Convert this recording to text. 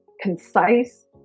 concise